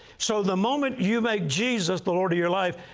so the moment you make jesus the lord of your life,